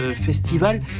Festival